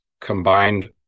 combined